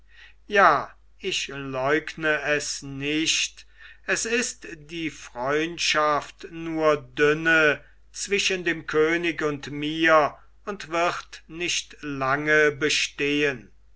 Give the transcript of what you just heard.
ja ich leugn es euch nicht es ist die freundschaft nur dünne zwischen dem könig und mir und wird nicht lange bestehen